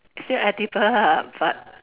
still edible lah but